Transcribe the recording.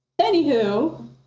Anywho